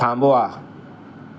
थांबवा